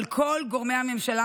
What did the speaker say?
אבל כל גורמי הממשלה,